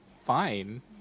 fine